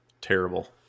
Terrible